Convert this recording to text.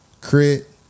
Crit